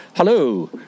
Hello